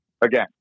again